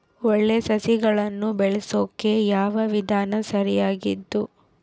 ಒಳ್ಳೆ ಸಸಿಗಳನ್ನು ಬೆಳೆಸೊಕೆ ಯಾವ ವಿಧಾನ ಸರಿಯಾಗಿದ್ದು?